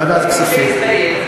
ועדת הכספים.